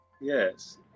Yes